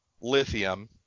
Lithium